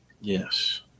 Yes